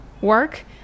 work